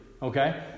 Okay